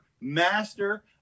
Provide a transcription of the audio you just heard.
master